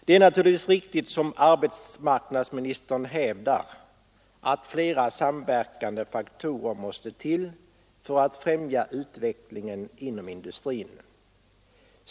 Det är naturligtvis riktigt som arbetsmarknadsministern hävdar att flera samverkande faktorer måste till för att främja utvecklingen inom industrin.